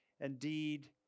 indeed